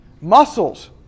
Muscles